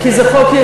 כי זה חוק-יסוד.